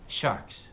Sharks